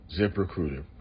ZipRecruiter